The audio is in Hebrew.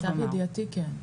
למיטב ידיעתי כן.